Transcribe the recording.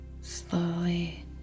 slowly